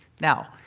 Now